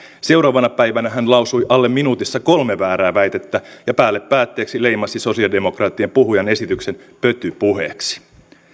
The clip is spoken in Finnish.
seuraavana päivänä hän lausui alle minuutissa kolme väärää väitettä ja päälle päätteeksi leimasi sosialidemokraattien puhujan esityksen pötypuheeksi